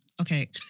Okay